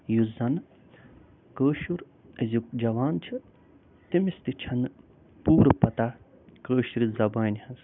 یُس زن کٲشُر ازِیُک جوان چھُ تٔمِس تہِ چھَنہٕ پوٗرٕ پتاہ کٲشرِ زبانہِ ہٕنٛز